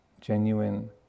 genuine